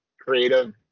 creative